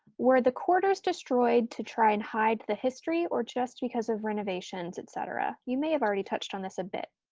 were the quarters destroyed to try and hide the history or just because of renovations, etc? you may have already touched on this a bit,